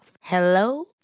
Hello